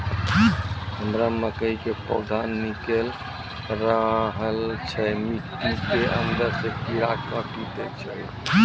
हमरा मकई के पौधा निकैल रहल छै मिट्टी के अंदरे से कीड़ा काटी दै छै?